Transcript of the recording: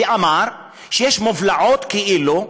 ואמר שיש מובלעות, כאילו,